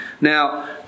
Now